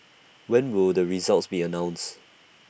when will the results be announced